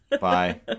Bye